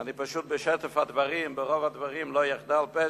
אני פשוט, משטף הדברים, מרוב הדברים, לא יחדל פשע,